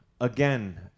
Again